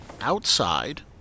outside